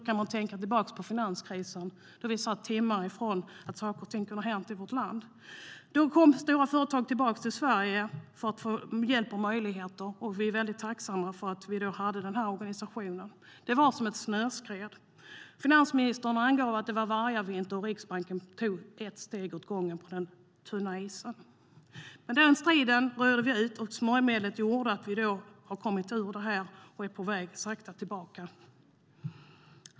Man kan tänka tillbaka på finanskrisen, då vi var timmar från att saker och ting kunde ha hänt i vårt land. Då kom stora företag tillbaka till Sverige för att få hjälp och möjligheter, och vi är mycket tacksamma för att vi då hade den organisationen. Herr talman!